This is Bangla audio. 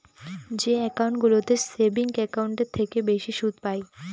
যে একাউন্টগুলোতে সেভিংস একাউন্টের থেকে বেশি সুদ পাই